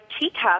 teacup